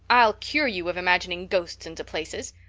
i'll cure you of imagining ghosts into places.